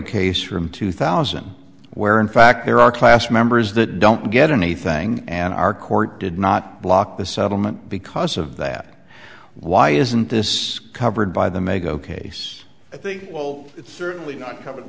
case from two thousand where in fact there are class members that don't get anything and our court did not block the settlement because of that why isn't this covered by the mego case i think well it's certainly not covered